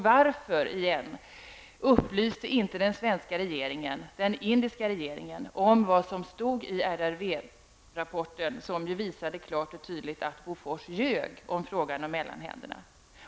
Varför upplyste inte den svenska regeringen inte den indiska regeringen om vad som stod i RRV-rapporten, som ju klart och tydligt visade att Bofors ljög om frågan om mellanhänderna?